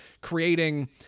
creating